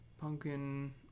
Pumpkin